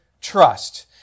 trust